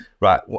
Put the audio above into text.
right